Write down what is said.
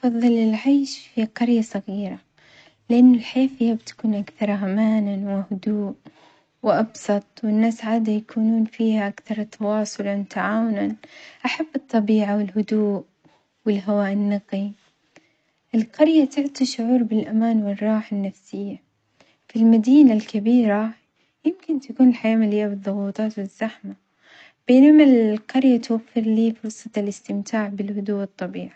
أفظل العيش في قرية صغيرة لأن الحياة فيها بتكون أكثر أمانًا وهدوء وأبسط والناس عادة يكونون فيها أكثر تواصلًا وتعاونًا، أحب الطبيعة والهدوء والهواء النقي، القرية تعطي شعور بالأمان والراحة النفسية، في المدينة الكبيرة يمكن تكون الحياة مليئة بالضغوطات والزحمة بينما القرية توفر لي فرصة الإستمتاع بالهدوء والطبيعة.